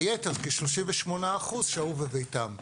היתר כ-38% שהו בביתם.